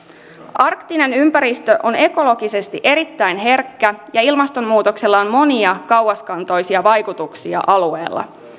arktinen ympäristö on ekologisesti erittäin herkkä ja ilmastonmuutoksella on monia kauaskantoisia vaikutuksia alueella